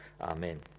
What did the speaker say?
Amen